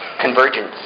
Convergence